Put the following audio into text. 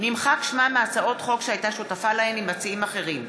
נמחק שמה מהצעות חוק שהייתה שותפה להן עם מציעים אחרים.